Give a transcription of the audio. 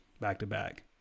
back-to-back